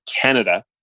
Canada